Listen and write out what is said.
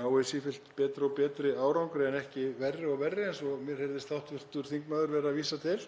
nái betri og betri árangri en ekki verri og verri, eins og mér heyrðist hv. þingmaður vera að vísa til.